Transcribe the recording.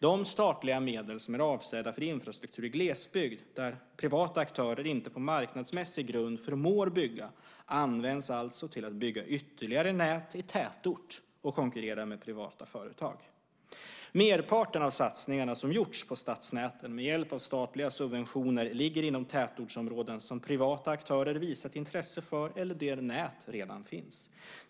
De statliga medel som är avsedda för infrastruktur i glesbygd, där privata aktörer inte på marknadsmässig grund förmår bygga, används alltså till att bygga ytterligare nät i tätort och konkurrera med privata företag. Merparten av satsningarna som har gjorts på stadsnäten med hjälp av statliga subventioner ligger inom tätortsområden som privata aktörer visat intresse för eller där nät redan finns.